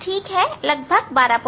ठीक है लगभग 124